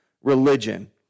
religion